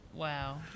Wow